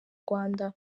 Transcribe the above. rwanda